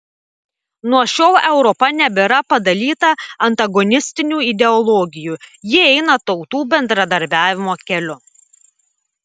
nuo šiol europa nebėra padalyta antagonistinių ideologijų ji eina tautų bendradarbiavimo keliu